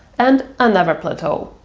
and another plateau.